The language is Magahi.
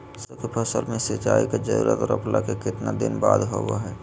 सरसों के फसल में सिंचाई के जरूरत रोपला के कितना दिन बाद होबो हय?